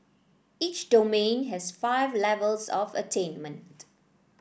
each domain has five levels of attainment